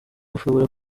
ushobora